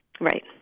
Right